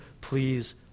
please